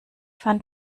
fand